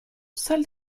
salle